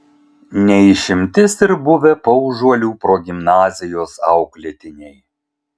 ne išimtis ir buvę paužuolių progimnazijos auklėtiniai